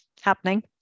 happening